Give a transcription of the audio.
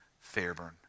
Fairburn